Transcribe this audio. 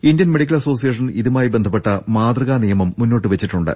Indian Medical Association ഇതുമായി ബന്ധപ്പെട്ട മാതൃകാ നിയമം മുന്നോട്ട് വെച്ചിട്ടുണ്ട്